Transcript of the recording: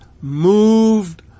moved